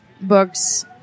books